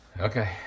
Okay